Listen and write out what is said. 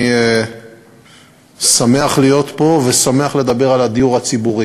אני שמח להיות פה ושמח לדבר על הדיור הציבורי.